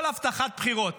כל הבטחת בחירות